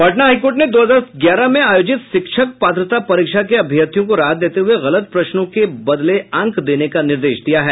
Patna high court ने दो हजार ग्यारह में आयोजित शिक्षक पात्रता परीक्षा के अभ्यर्थियों को राहत देते हुये गलत प्रश्नों के बदले अंक देने का निर्देश दिया है